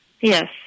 Yes